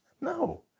no